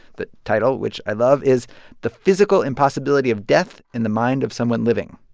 the title, which i love, is the physical impossibility of death in the mind of someone living.